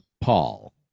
Paul